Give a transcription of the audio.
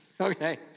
Okay